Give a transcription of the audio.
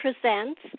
presents